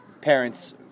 parents